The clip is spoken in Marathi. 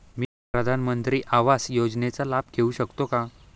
मी प्रधानमंत्री आवास योजनेचा लाभ घेऊ शकते का?